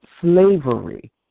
slavery